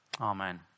Amen